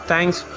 Thanks